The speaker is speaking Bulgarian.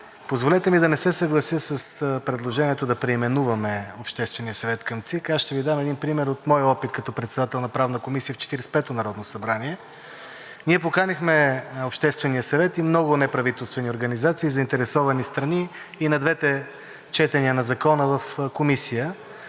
позволете ми да не се съглася с предложението да преименуваме Обществения съвет към ЦИК. Аз ще Ви дам пример от моя опит като председател на Правна комисия в Четиридесет и петото народно събрание. Ние поканихме Обществения съвет и много неправителствени организации и заинтересовани страни и на двете четения на закона в комисия.